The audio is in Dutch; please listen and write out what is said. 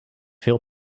veel